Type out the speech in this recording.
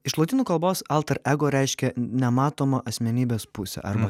iš lotynų kalbos alter ego reiškia nematoma asmenybės pusė arba